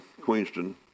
Queenston